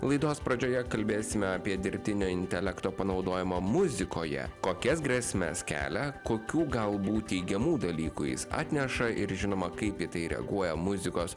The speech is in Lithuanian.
laidos pradžioje kalbėsime apie dirbtinio intelekto panaudojimą muzikoje kokias grėsmes kelia kokių galbūt teigiamų dalykų jis atneša ir žinoma kaip į tai reaguoja muzikos